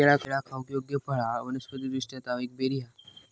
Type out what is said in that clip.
केळा खाऊक योग्य फळ हा वनस्पति दृष्ट्या ता एक बेरी हा